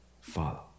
follow